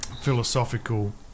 philosophical